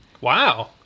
Wow